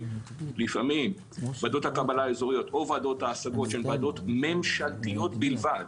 לפעמים ועדות הקבלה האזוריות או ועדת ההשגות של ועדות ממשלתיות בלבד